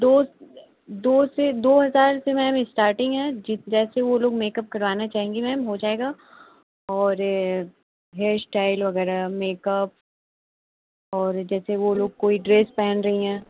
दो दो से दो हज़ार से मैम इस्टार्टिंग है जैसे वो लोग मेकअप करवाना चाहेंगी मैम हो जाएगा और हेयर इस्टाइल वगैरह मेकअप और जैसे वो लोग कोई ड्रेस पहन रही हैं